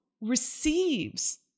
receives